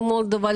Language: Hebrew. למולדובה,